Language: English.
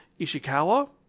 Ishikawa